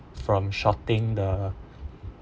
from shorting the